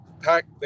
pack